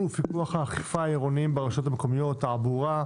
הפיקוח והאכיפה העירוניים ברשויות המקומיות (תעבורה)